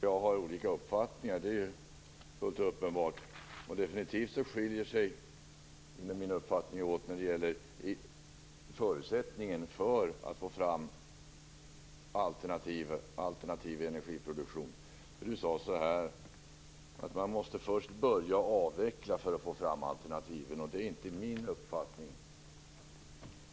Fru talman! Att Ragnhild Pohanka och jag har olika uppfattningar är helt uppenbart. Definitivt skiljer sig våra uppfattningar åt när det gäller förutsättningen för att få fram alternativ energiproduktion. Ragnhild Pohanka sade att man måste först börja avveckla för att få fram alternativ. Det är inte min uppfattning.